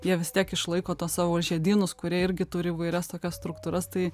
jie vis tiek išlaiko tuos savo žiedynus kurie irgi turi įvairias tokias struktūras tai